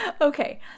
Okay